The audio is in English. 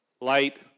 Light